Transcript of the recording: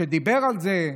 שדיבר על זה.